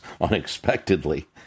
unexpectedly